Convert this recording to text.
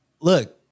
look